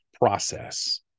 process